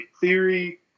theory